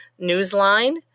Newsline